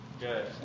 Good